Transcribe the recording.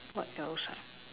what else ah